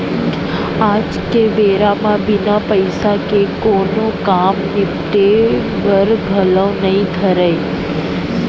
आज के बेरा म बिना पइसा के कोनों काम निपटे बर घलौ नइ धरय